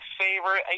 favorite